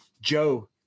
Joe